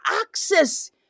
access